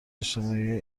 اجتماعی